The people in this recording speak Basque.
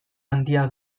handia